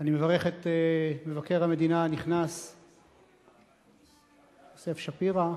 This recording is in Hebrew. אני מברך את מבקר המדינה הנכנס יוסף שפירא.